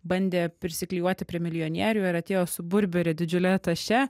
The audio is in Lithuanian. bandė prisiklijuoti prie milijonierių ir atėjo su burbery didžiule taše